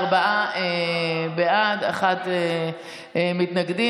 ארבעה בעד ואחד מתנגד.